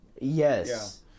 Yes